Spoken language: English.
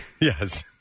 Yes